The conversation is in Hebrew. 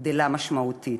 גדלה משמעותית.